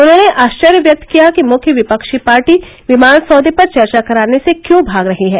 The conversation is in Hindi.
उन्होर्ने आश्चर्य व्यक्त किया कि मुख्य विपक्षी पार्टी विमान र्सादे पर चर्चा कराने से क्यों भाग रही है